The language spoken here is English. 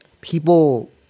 people